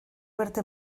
verte